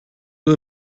new